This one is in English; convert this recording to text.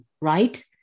right